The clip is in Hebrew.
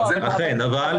אכן, אבל